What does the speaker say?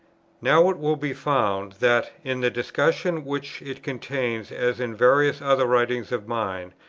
now it will be found, that, in the discussion which it contains, as in various other writings of mine,